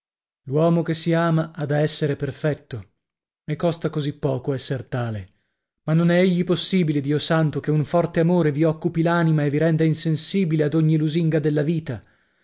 l'uomo che si ama ha da essere perfetto e costa così poco esser tale ma non è egli possibile dio santo che un forte amore vi occupi l'anima e vi renda insensibile ad ogni lusinga della vita